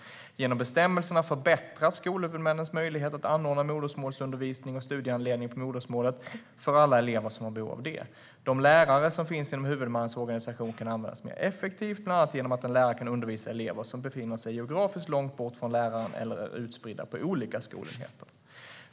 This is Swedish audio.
Genom bestämmelserna förbättras skolhuvudmännens möjlighet att anordna modersmålsundervisning och studiehandledning på modersmålet för alla elever som har behov av det. De lärare som finns inom huvudmannens organisation kan användas mer effektivt bland annat genom att en lärare kan undervisa elever som befinner sig geografiskt långt bort från läraren eller är utspridda på olika skolenheter.